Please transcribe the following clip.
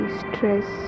stress